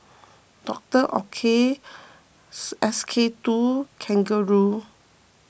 Doctor Oetker S K two Kangaroo